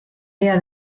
día